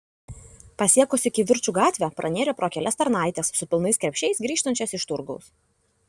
pasiekusi kivirčų gatvę pranėrė pro kelias tarnaites su pilnais krepšiais grįžtančias iš turgaus